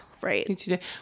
right